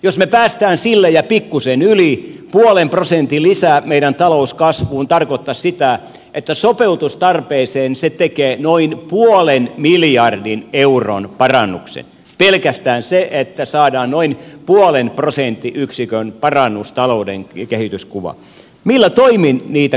jos me pääsemme sille ja pikkuisen yli puolen prosentin lisä meidän talouskasvuun tarkoittaisi sitä että sopeutustarpeeseen se tekisi noin puolen miljardin euron parannuksen pelkästään se että saadaan noin puolen prosenttiyksikön parannus talouden kehityskuvaan